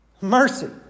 Mercy